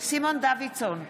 סימון דוידסון,